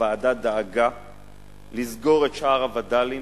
הוועדה דאגה לסגור את שער הווד"לים,